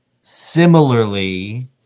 similarly